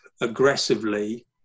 aggressively